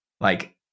Like-